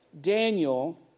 Daniel